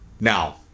Now